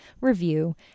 review